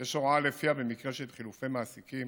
יש הוראה שלפיה במקרה של חילופי מעסיקים,